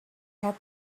had